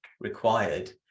required